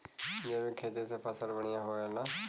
जैविक खेती से फसल बढ़िया होले